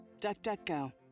DuckDuckGo